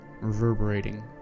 reverberating